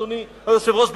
אדוני היושב-ראש,